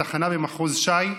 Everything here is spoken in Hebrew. בתחנה במחוז ש"י,